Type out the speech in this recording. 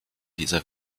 dieser